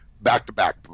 Back-to-back